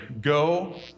Go